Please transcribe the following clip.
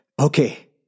Okay